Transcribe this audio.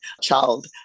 child